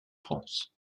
france